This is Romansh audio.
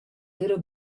d’eira